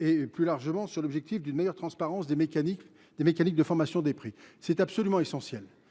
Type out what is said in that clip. et, plus largement, sur l’objectif d’une meilleure transparence des mécanismes de formation des prix. C’est absolument essentiel